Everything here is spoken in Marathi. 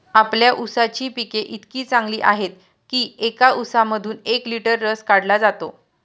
आपल्या ऊसाची पिके इतकी चांगली आहेत की एका ऊसामधून एक लिटर रस काढला जातो